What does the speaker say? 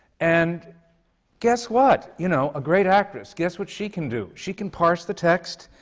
and guess what, you know? a great actress, guess what she can do? she can parse the text.